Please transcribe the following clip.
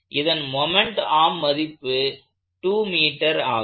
இதன் moment arm மதிப்பு 2m ஆகும்